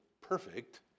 perfect